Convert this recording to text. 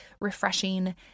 refreshing